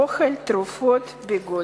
אוכל, תרופות וביגוד.